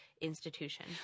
institution